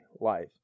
life